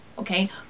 okay